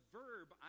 verb